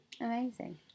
Amazing